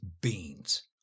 beans